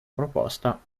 proposta